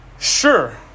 Sure